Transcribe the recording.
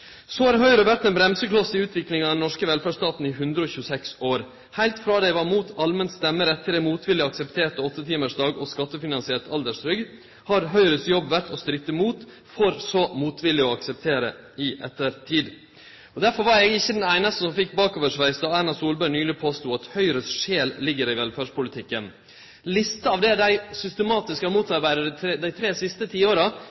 Så har Høgre vore ein bremsekloss i utviklinga av den norske velferdsstaten i 126 år. Heilt frå å vere imot allmenn stemmerett til dei motvillig aksepterte åttetimarsdag og skattefinansiert alderstrygd, har Høgres jobb vore å stritte imot, for så motvillig å akseptere i ettertid. Derfor var ikkje eg den einaste som fekk bakoversveis då Erna Solberg påstod at Høgres sjel ligg i velferdspolitikken. På lista over det dei systematisk har motarbeidd i dei tre siste tiåra,